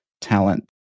talent